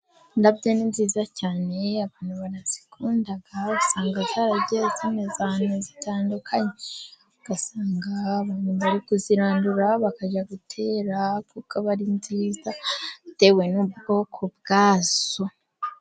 Indabyo ni nziza cyane abantu barazikunda. Usanga zaragiye zimeza ahantu hatandukanye, ugasanga abantu bari kuzirandura bakajya gutera kuko ziba nziza bitewe n'ubwoko bwazo.